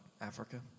Africa